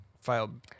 Filed